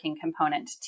component